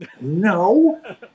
No